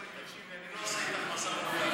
בואי, בואי, תקשיבי, אני לא עושה איתך משא ומתן,